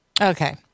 Okay